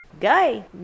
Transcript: Guy